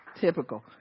Typical